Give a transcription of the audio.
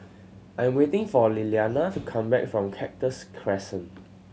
I am waiting for Lilliana to come back from Cactus Crescent